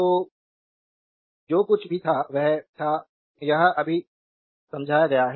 तो जो कुछ भी था वह था यह अभी समझाया गया है